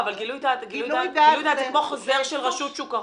אבל גילוי דעת זה כמו חוזר של רשות שוק ההון,